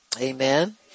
Amen